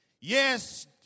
Yes